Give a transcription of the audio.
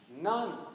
None